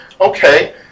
okay